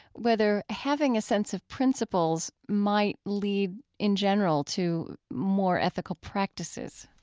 whether having a sense of principles might lead in general to more ethical practices